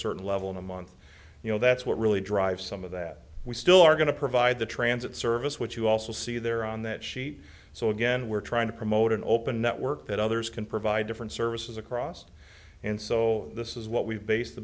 certain level in a month you know that's what really drives some of that we still are going to provide the transit service which you also see there on that sheet so again we're trying to promote an open network that others can provide different services across and so this is what we've based the